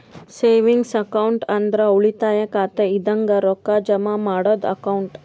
savings account ಅಂದ್ರ ಉಳಿತಾಯ ಖಾತೆ ಇದಂಗ ರೊಕ್ಕಾ ಜಮಾ ಮಾಡದ್ದು ಅಕೌಂಟ್